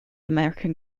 american